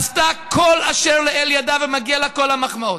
עשתה כל אשר לאל ידה ומגיעות לה כל המחמאות.